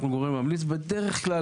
אנחנו גורם ממליץ ובדרך כלל,